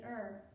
earth